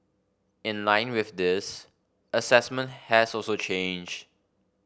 in line with this assessment has also changed